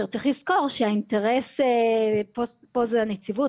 צריך לזכור שהאינטרס של הנציבות,